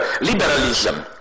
liberalism